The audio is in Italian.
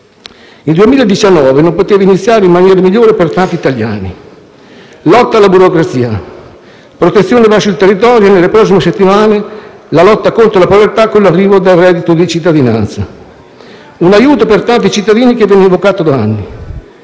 Il 2019 non poteva iniziare in maniera migliore per tanti italiani: lotta alla burocrazia, protezione verso il territorio e, nelle prossime settimane, la lotta contro la povertà con l'arrivo del reddito di cittadinanza: un aiuto per tanti cittadini che viene invocato da anni